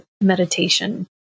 meditation